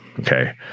Okay